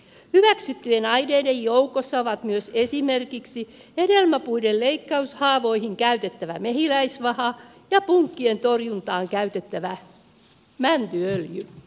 hyväksyttyjen aineiden joukossa ovat myös esimerkiksi hedelmäpuiden leikkaushaavoihin käytettävä mehiläisvaha ja punkkien torjuntaan käytettävä mäntyöljy